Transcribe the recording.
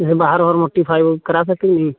जैसे बाहर वाहर मोड्डीफ़ाई करा सके नहीं